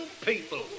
people